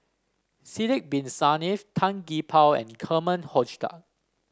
Sidek Bin Saniff Tan Gee Paw and Herman Hochstadt